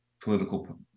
political